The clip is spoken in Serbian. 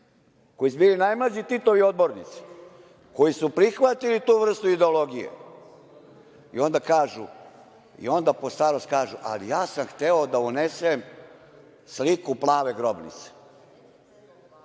koji su bili najmlađi Titovi odbornici koji su prihvatili tu vrstu ideologije i onda pod starost kažu – ali ja sam hteo da unesem sliku „Plave grobnice“.